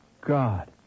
God